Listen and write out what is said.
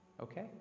okay